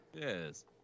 Yes